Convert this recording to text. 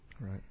Right